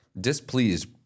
displeased